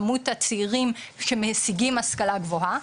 כמות הצעירים שמשיגים השכלה גבוהה.